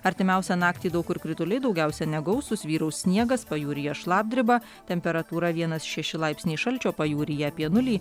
artimiausią naktį daug kur krituliai daugiausia negausūs vyraus sniegas pajūryje šlapdriba temperatūra vienas šeši laipsniai šalčio pajūryje apie nulį